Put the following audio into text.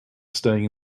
staying